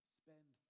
spend